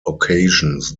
occasions